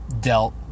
dealt